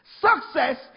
Success